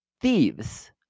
thieves